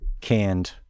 canned